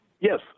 Yes